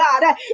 God